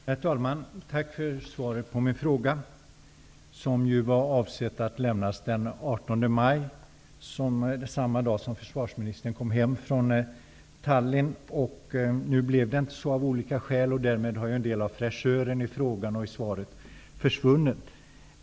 Herr talman! Tack för svaret på min fråga! Avsikten var ju att det skulle ha lämnats den 18 maj, samma dag som försvarsministern kom hem från Tallinn. Nu blev det av olika skäl inte så, och därmed har en del av fräschören i frågan och i svaret försvunnit.